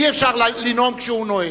אי-אפשר לנאום כשהוא נואם.